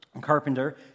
Carpenter